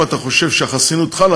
אם אתה חושב שהחסינות חלה,